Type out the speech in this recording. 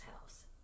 house